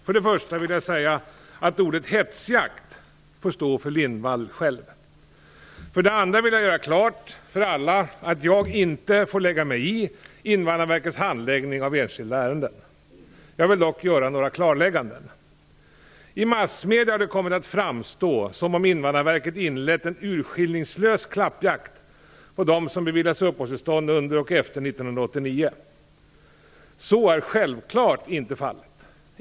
För det första vill jag säga att ordet "hetsjakt" får stå för Gudrun Lindvall. För det andra vill jag göra klart för alla att jag inte får lägga mig i Invandrarverkets handläggning av enskilda ärenden. Jag vill dock göra några klarlägganden. I massmedierna har det kommit att framstå som om Invandrarverket inlett en urskillningslös klappjakt på dem som beviljats uppehållstillstånd under och efter 1989. Så är självklart inte fallet.